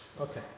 Okay